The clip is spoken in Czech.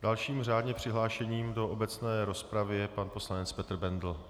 Dalším řádně přihlášeným do obecné rozpravy je pan poslanec Petr Bendl.